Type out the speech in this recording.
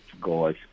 guys